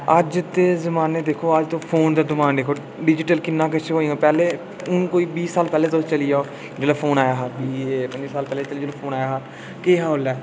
अज्ज दे जमाने च दिक्खो अज्ज फोन दा कमाल दिक्खो डिजिटल किन्ना किश होआ पैह्ले हून कोई बीह् साल पैह्ले तुस चली जाओ जेल्लै फोन आया हा केह् हा ओह्लै